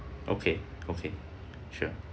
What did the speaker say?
okay okay sure